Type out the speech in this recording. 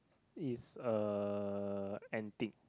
it's uh antique